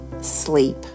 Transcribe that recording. sleep